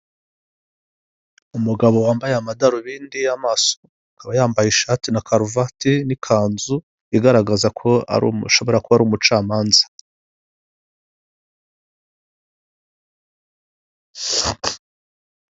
Umugabo wambaye amadarubindi y'amaso akaba yambaye ishati na karuvati n'ikanzu igaragaza ko ashobora kuba ari umucamanza.